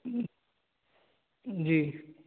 جی جی